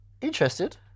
Interested